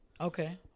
Okay